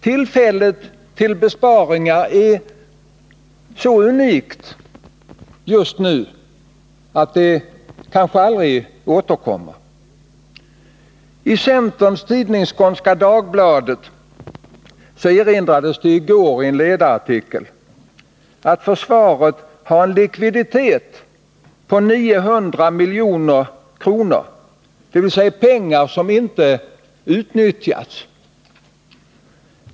Tillfället till besparingar är så unikt just nu att det kanske aldrig återkommer. I centertidningen Skånska Dagbladet erinrades det i går i en ledarartikel om att försvaret har en likviditet på 900 milj.kr., dvs. pengar som inte utnyttjats.